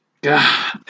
God